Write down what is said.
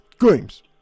games